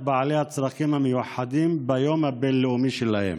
בעלי הצרכים המיוחדים ביום הבין-לאומי שלהם.